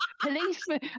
policeman